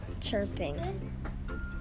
chirping